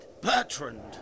Bertrand